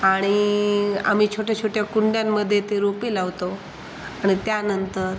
आणि आम्ही छोट्याछोट्या कुंड्यांमध्ये ते रोपे लावतो आणि त्यानंतर